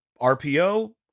RPO